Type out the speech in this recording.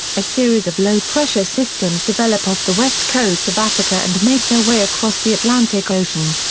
a series of low pressure systems develop off the west coast of africa and make their way across the atlantic ocean.